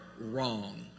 wrong